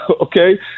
Okay